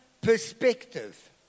perspective